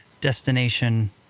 destination